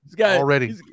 Already